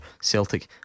Celtic